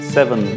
Seven